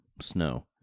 snow